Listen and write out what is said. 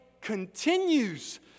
continues